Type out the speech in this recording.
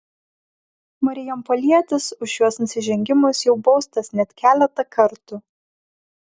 marijampolietis už šiuos nusižengimus jau baustas net keletą kartų